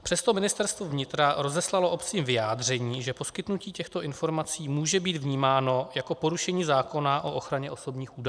Přesto Ministerstvo vnitra rozeslalo obcím vyjádření, že poskytnutí těchto informací může být vnímáno jako porušení zákona o ochraně osobních údajů.